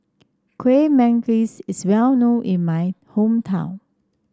Kuih Manggis is well known in my hometown